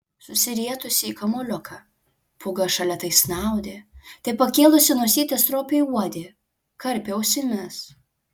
susirietusi į kamuoliuką pūga šalia tai snaudė tai pakėlusi nosytę stropiai uodė karpė ausimis